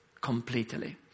completely